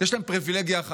יש להם פריבילגיה אחת,